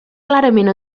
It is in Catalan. clarament